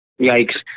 yikes